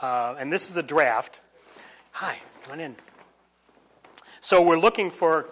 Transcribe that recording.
and this is a draft high and so we're looking for